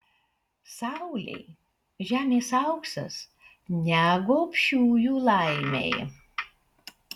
saulei žemės auksas ne gobšiųjų laimei